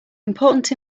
important